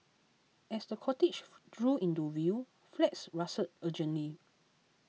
as the cortege drew into view flags rustled urgently